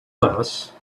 less